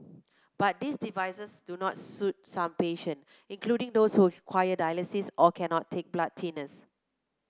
but these devices do not suit some patients including those who require dialysis or cannot take blood thinners